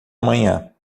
amanhã